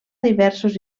diversos